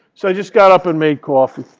so i just got up and made coffee.